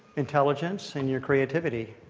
intelligence and your creativity.